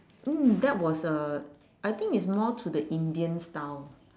mm that was uh I think it's more to the indian style